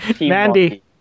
Mandy